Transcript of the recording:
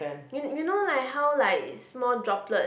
you you know like how like small droplet